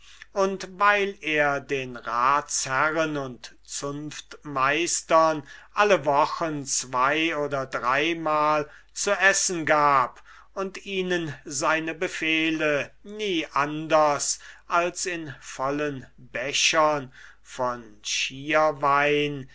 und weil er den ratsherren und zunftmeistern alle wochen zwei oder dreimal zu essen gab und ihnen seine befehle nie anders als in vollen bechern von